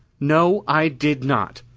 no, i did not.